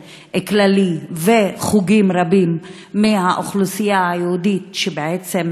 כללי ושל חוגים רבים מהאוכלוסייה היהודית שבעצם